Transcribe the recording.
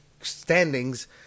standings